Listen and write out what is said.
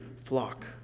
flock